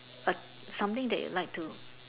something that you like to